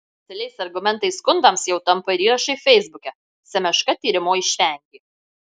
oficialiais argumentais skundams jau tampa ir įrašai feisbuke semeška tyrimo išvengė